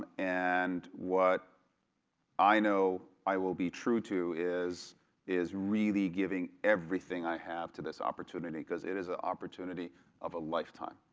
and what i know i will be true to is is really giving everything i have to this opportunity because it is an opportunity of a lifetime,